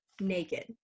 naked